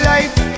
Life